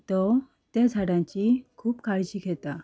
तो त्या झाडांची खूब काळजी घेता